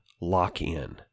lock-in